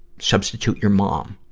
substitute your mom.